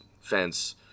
fence